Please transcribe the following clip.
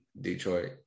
Detroit